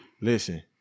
listen